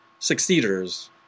succeeders